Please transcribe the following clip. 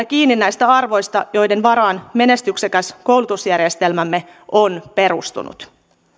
kiinni näistä arvoista joiden varaan menestyksekäs koulutusjärjestelmämme on perustunut